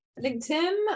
LinkedIn